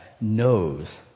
knows